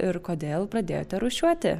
ir kodėl pradėjote rūšiuoti